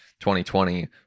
2020